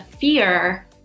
fear